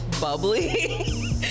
bubbly